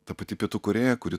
ta pati pietų korėja kuri